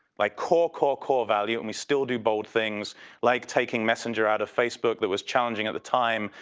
like core, core, core value and we still do bold things like taking messenger out of facebook, that was challenging at the time.